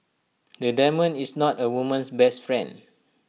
A diamond is not A woman's best friend